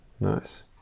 Nice